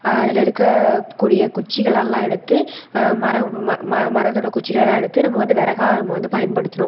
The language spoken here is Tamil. அதில் இருக்கக்கூடிய குச்சிகள்லெல்லாம் எடுத்து மரம் ம ம மரத்தோடய குச்சிகளெல்லாம் எடுத்து நம்ம வந்து விறகா நம்ம வந்து பயன்படுத்தினோம்